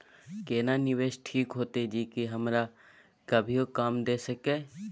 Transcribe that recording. केना निवेश ठीक होते जे की हमरा कभियो काम दय सके?